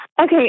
Okay